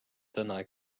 täna